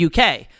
UK